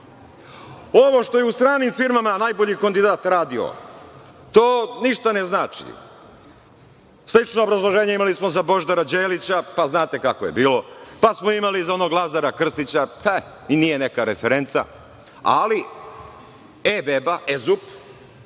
Ovo što je u stranim firmama najbolji kandidat radio, to ništa ne znači. Seksualno obrazloženje imali smo za Božidara Đelića, pa znate kako je bilo, pa smo imali za onog Lazara Krstića, i nije neka referenca, ali e-beba, e-zup,